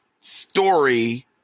story